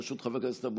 חבר הכנסת גולן,